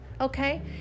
Okay